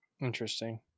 interesting